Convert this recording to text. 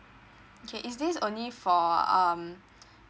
okay is this only for um